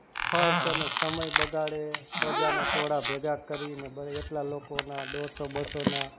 ખર્ચ અને સમય બગાડે પ્રજાના ટોળાં ભેગા કરીને બ એટલા લોકોના દોઢસો બસોના